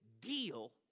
deal